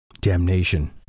Damnation